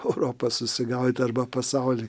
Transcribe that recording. europą susigaudyt arba pasaulį